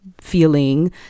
Feeling